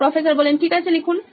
professor ঠিক আছে লিখুন